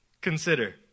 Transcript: Consider